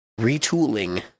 retooling